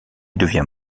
devient